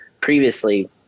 previously